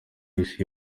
isi